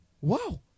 Wow